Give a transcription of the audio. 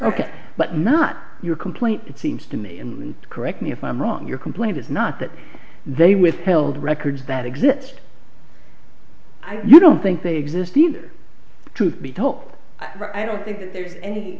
ok but not your complaint it seems to me and correct me if i'm wrong your complaint is not that they withheld records that exist i don't think they exist either truth be told i don't think that there's any